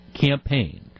campaigned